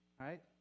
right